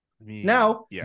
Now